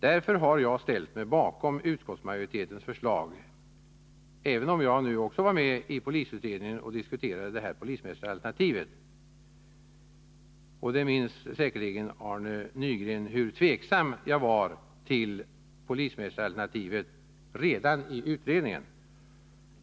Därför har jag ställt mig bakom utskottsmajoritetens förslag, trots att jag också var med i polisutredningen och diskuterade polismästaralternativet. Arne Nygren minns säkerligen hur tveksam jag var till detta alternativ redan i utredningen.